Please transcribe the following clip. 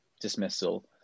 dismissal